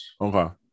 Okay